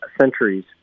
centuries